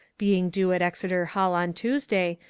being due at exeter hall on tuesday,